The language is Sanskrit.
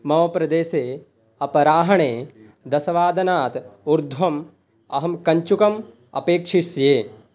मम प्रदेशे अपराह्णे दशवादनात् ऊर्ध्वम् अहं कञ्चुकम् अपेक्षिष्ये